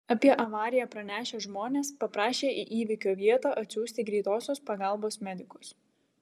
apie avariją pranešę žmonės paprašė į įvykio vietą atsiųsti greitosios pagalbos medikus